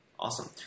Awesome